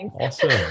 Awesome